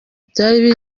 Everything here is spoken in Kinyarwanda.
byari